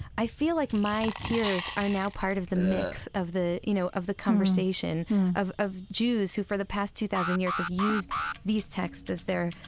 i feel like my tears are now part of the mix of the, you know, of the conversation of of jews who, for the past two thousand years, have used these texts as their,